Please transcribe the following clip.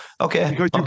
okay